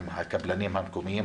עם הקבלנים המקומיים.